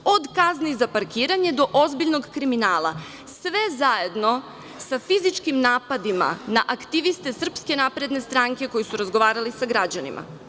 Od kazne za parkiranje do ozbiljnog kriminala, sve zajedno sa fizičkim napadima na aktiviste SNS koji su razgovarali sa građanima.